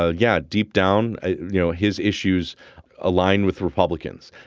ah yeah. deep down you know his issues align with republicans.